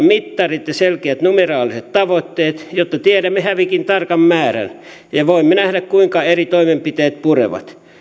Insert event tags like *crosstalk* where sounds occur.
*unintelligible* mittarit ja selkeät numeraaliset tavoitteet jotta tiedämme hävikin tarkan määrän ja ja voimme nähdä kuinka eri toimenpiteet purevat